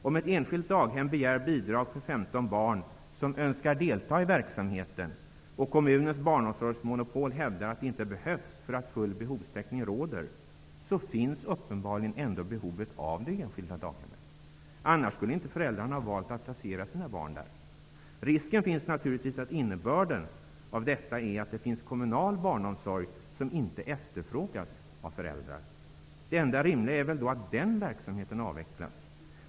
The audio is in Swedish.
Om ett enskilt daghem begär bidrag för 15 barn, som önskar delta i verksamheten, och kommunens barnomsorgsmonopol hävdar att det inte behövs, därför att full behovstäckning råder, så finns ändå uppenbarligen behov av det enskilda daghemmet. Annars skulle inte föräldrarna ha valt att placera sina barn där. Risken finns naturligtvis att innebörden av detta är att det finns kommunal barnomsorg som inte efterfrågas av föräldrar. Det enda rimliga är väl då att den verksamheten avvecklas.